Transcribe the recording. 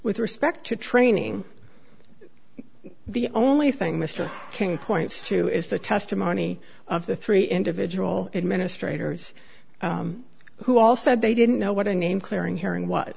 with respect to training the only thing mr king points to is the testimony of the three individual administrators who all said they didn't know what a name clearing hearing w